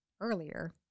earlier